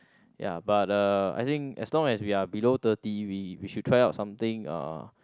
ya but uh I think as long we are below thirty we we should try out something uh